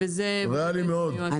ריאלי מאוד.